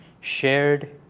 shared